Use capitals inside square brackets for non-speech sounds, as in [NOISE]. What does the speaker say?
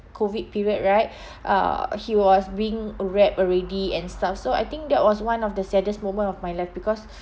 COVID period right [BREATH] uh he was being wrapped already and stuff so I think that was one of the saddest moment of my life because